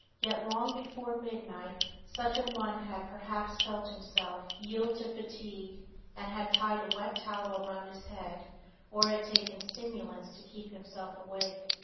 yet long before midnight such a one had perhaps felt himself yield to fatigue and had tied a wet towel around his head or had taken stimulants to keep himself awake.